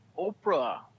Oprah